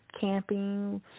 camping